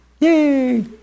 Yay